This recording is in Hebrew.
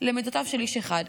למידותיו של איש אחד.